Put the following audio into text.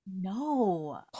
No